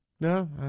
No